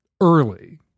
early